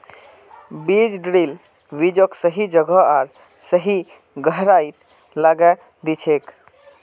बीज ड्रिल बीजक सही जगह आर सही गहराईत लगैं दिछेक